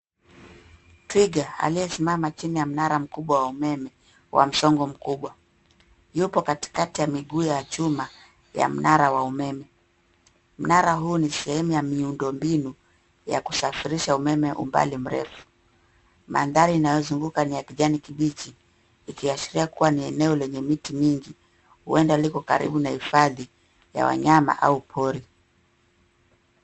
Twiga aliyesimama chini ya mnara mkubwa wa umeme wa msongo mkubwa. Yupo katikati ya miguu ya chuma ya mnara wa umeme. Mnara huu ni sehemu ya miundombinu ya kusafirisha umeme umbali mrefu. Mandhari inayozunguka ni ya kijani kibichi ikiashiria kuwa ni eneo lenye miti mingi, huenda liko karibu na hifadhi ya wanyama au pori.